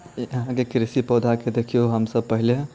जेना अहाँके कृषि पौधाके देखियौ हमसब पहिले